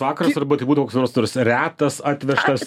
vakaras arba tai būtų koks nors nors retas atvežtas